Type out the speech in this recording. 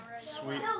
Sweet